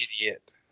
idiot